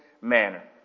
manner